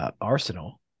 Arsenal